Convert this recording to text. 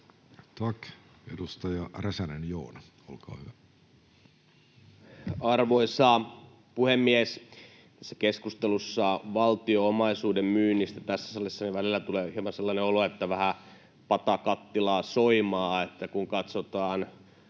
Time: 14:26 Content: Arvoisa puhemies! Tässä keskustelussa valtion omaisuuden myynnistä tässä salissa välillä tulee hieman sellainen olo, että vähän pata kattilaa soimaa. Kun katsotaan